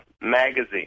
magazine